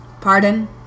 Pardon